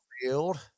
field